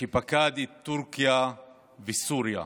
שפקד את טורקיה וסוריה.